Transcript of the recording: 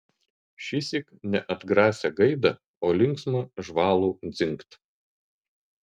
šįsyk ne atgrasią gaidą o linksmą žvalų dzingt